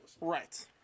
Right